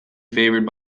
favoured